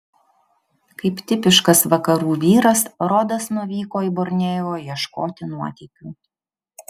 kaip tipiškas vakarų vyras rodas nuvyko į borneo ieškoti nuotykių